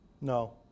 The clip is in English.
No